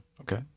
Okay